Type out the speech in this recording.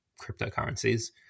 cryptocurrencies